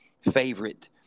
favorite